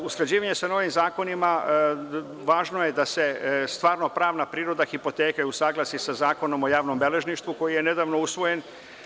Usklađivanje sa novim zakonima važno je da se stvarno-pravna priroda hipoteke usaglasi sa Zakonom o javnom beležništvu, koji je nedavno usvojen.